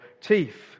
teeth